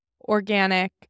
organic